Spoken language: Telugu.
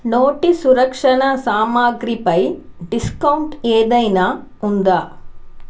నోటి సురక్షణ సామాగ్రిపై డిస్కౌంట్ ఏదైనా ఉందా